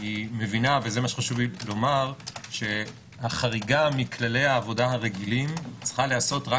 היא מבינה שהחריגה מכללי העבודה הרגילים צריכה להיעשות רק